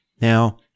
Now